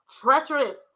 Treacherous